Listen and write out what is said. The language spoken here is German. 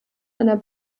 einer